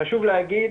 חשוב להגיד